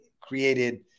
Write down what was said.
created